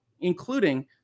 including